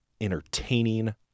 entertaining